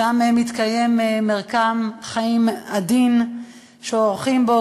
שם מתקיים מרקם חיים עדין שעורכים בו